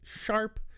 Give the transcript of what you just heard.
sharp